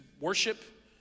worship